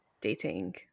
dating